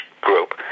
group